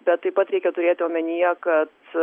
bet taip pat reikia turėti omenyje kad